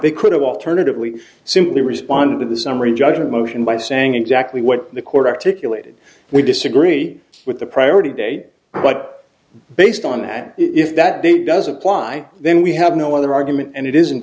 they could have alternatively simply respond to the summary judgment motion by saying exactly what the court articulated we disagree with the priority date but based on that if that doesn't apply then we have no other argument and it is